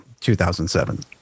2007